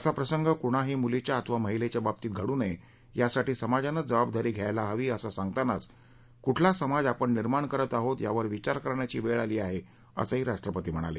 असा प्रसंग कृणाही मुलीच्या अथवा महिलेच्या बाबतीत घडू नये यासाठी समाजानंच जबाबदारी घ्यायला हवी असं सांगतानाच कुठला समाज आपण निर्माण करत आहोत यावर विचार करण्याची वेळ आली आहे असंही राष्ट्रपती म्हणाले